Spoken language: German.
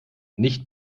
nicht